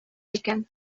икән